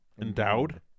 endowed